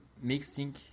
mixing